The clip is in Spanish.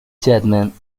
chapman